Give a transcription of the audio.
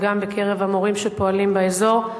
וגם בקרב המורים שפועלים באזור.